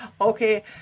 Okay